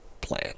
plan